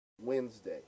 Wednesday